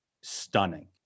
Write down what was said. stunning